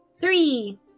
three